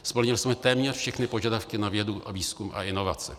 Splnili jsme téměř všechny požadavky na vědu, výzkum a inovace.